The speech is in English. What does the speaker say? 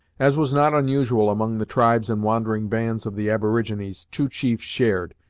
as was not unusual among the tribes and wandering bands of the aborigines, two chiefs shared,